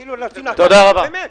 כאילו עושים לנו טובה, באמת.